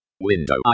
Window